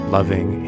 Loving